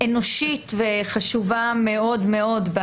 אנושית וחשובה מאוד מאוד.